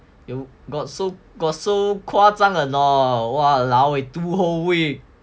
you got so so 夸张 or not !walao! eh two whole week